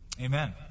Amen